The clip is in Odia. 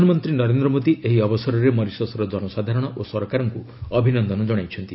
ପ୍ରଧାନମନ୍ତ୍ରୀ ନରେନ୍ଦ୍ର ମୋଦୀ ଏହି ଅବସରରେ ମରିସସ୍ର ଜନସାଧାରଣ ଓ ସରକାରଙ୍କୁ ଅଭିନନ୍ଦନ କଣାଇଛନ୍ତି